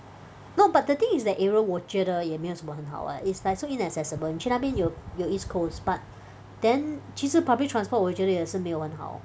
no but the thing is that area 我觉得也没有什么很好 [what] it's like so inaccessible 你去那边有有 East Coast park then 其实 public transport 我觉得也是没有很好